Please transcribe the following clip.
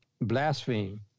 blaspheme